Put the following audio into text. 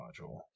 module